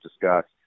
discussed